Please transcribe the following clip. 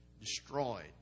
destroyed